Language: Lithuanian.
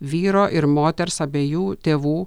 vyro ir moters abiejų tėvų